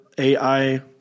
AI